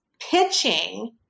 pitching